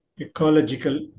ecological